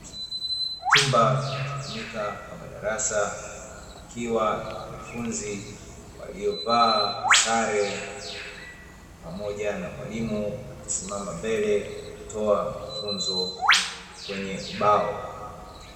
Chumba kinatumika kama darasa, kikiwa na wanafunzi waliovaa sare pamoja na mwalimu amesimama mbele kutoa mafunzo kwenye ubao.